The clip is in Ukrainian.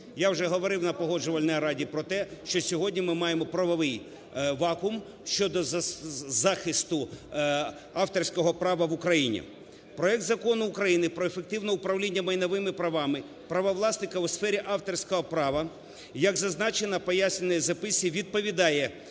Я вже говорив на Погоджувальній раді про те, що сьогодні ми маємо правовий вакуум щодо захисту авторського права в Україні. Проект Закону України "Про ефективне управління майновими правами правовласників у сфері авторського права", як зазначено у пояснювальній записці, відповідає